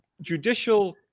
judicial